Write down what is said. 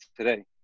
today